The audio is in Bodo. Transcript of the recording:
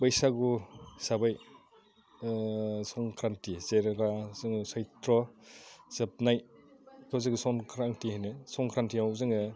बैसागु हिसाबै संक्रान्ति जेनेबा जोङो सैत्र' जोबनायखौ जोङो संक्रान्ति होनो संक्रान्तियाव जोङो